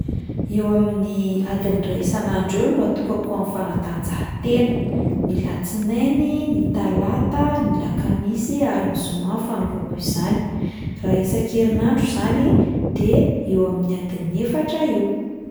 Eo amin'ny adiny iray isan'andro eo no atokako ho amin'ny fanatanjahantena, ny latsinainy, ny talata, ny lakamisy ary ny zoma no fanaovako izany, raha isan-kerinandro izany de eo amin'ny adiny efatra eo.